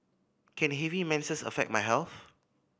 can heavy menses affect my health